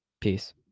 Peace